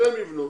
הם יבנו.